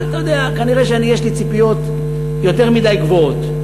אבל כנראה יש לי ציפיות יותר מדי גבוהות.